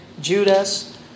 Judas